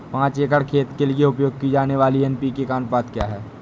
पाँच एकड़ खेत के लिए उपयोग की जाने वाली एन.पी.के का अनुपात क्या है?